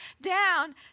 down